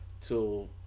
till